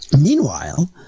Meanwhile